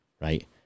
right